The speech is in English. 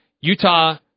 Utah